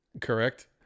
correct